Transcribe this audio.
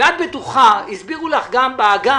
ואת בטוחה, הסבירו לך באגף